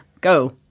go